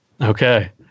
Okay